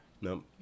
No